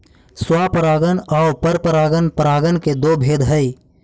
स्वपरागण आउ परपरागण परागण के दो भेद हइ